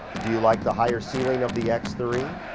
do you like the higher ceiling of the x three?